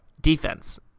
defense